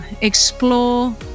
explore